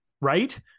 right